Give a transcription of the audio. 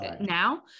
now